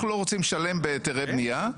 אנחנו לא רוצים לשלם בהיתרי בנייה,